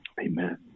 Amen